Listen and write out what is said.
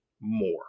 more